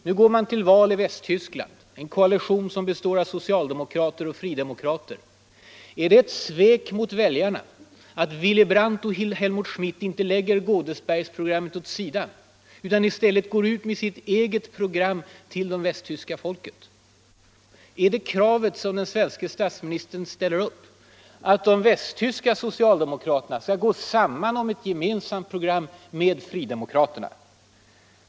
Nu går man till val i Västtyskland med en koalition som består av socialdemokrater och fridemokrater. Är det ett svek mot väljarna att Willy Brandt och Helmut Schmidt inte lägger Godesbergprogrammet åt sidan utan i stället går ut med sitt egen program till det västtyska folket? Ställer den svenske statsministern upp kravet att de västtyska socialdemokraterna skall gå sam man med fridemokraterna om ett gemensamt program?